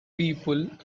people